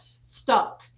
stuck